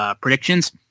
predictions